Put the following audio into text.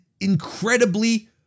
incredibly